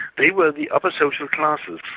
they were the upper social classes.